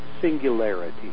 singularity